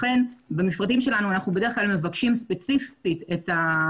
לכן במפרטים שלנו אנחנו בדרך כלל מבקשים ספציפית שיסומן